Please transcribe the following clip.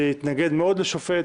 איש מפלגת העבודה שהתנגד מאוד לשופט,